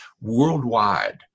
worldwide